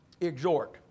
exhort